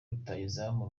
rutahizamu